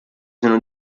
sono